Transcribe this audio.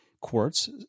quartz